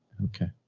okay.